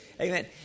Amen